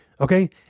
okay